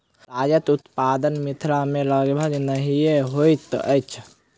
तागक उत्पादन मिथिला मे लगभग नहिये होइत अछि